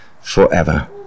forever